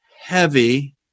heavy